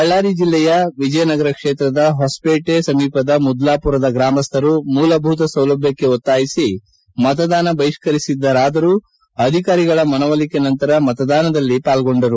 ಬಳ್ಳಾರಿ ಜಿಲ್ಲೆಯ ವಿಜಯನಗರ ಕ್ಷೇತ್ರದ ಹೊಸಪೇಟೆ ಸಮೀಪದ ಮುದ್ಲಾಪುರದ ಗ್ರಾಮಸ್ಥರು ಮೂಲಭೂತ ಸೌಲಭ್ಯಕ್ಷೆ ಒತ್ತಾಯಿಸಿ ಮತದಾನ ಬಹಿಷ್ಕರಿಸಿದ್ದರಾದರೂ ಅಧಿಕಾರಿಗಳ ಮನವೊಲಿಕೆ ನಂತರ ಮತದಾನದಲ್ಲಿ ಪಾಲ್ಗೊಂಡರು